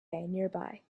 nearby